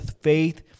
Faith